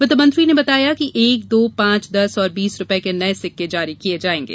वित्तमंत्री ने बताया कि एक दो पांच दस और बीस रूपये के नये सिक्के जारी किये जाएगे